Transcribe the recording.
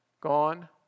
gone